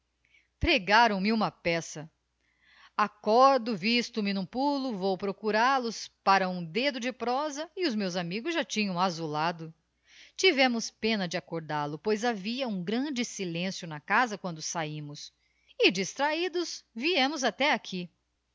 prcgaram me uma peça accordo visto me n'um pulo vou procural os para um dedo de prosa e os meus amigos já tinham azulado tivemos pena de accordal o pois havia um grande silencio na casa quando sahimos e distrahidos viemos até aqui